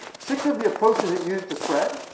six of the approaches it used to spread,